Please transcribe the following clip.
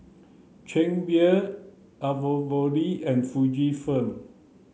Chang Beer and Fujifilm